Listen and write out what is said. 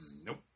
Nope